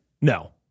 No